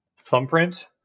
thumbprint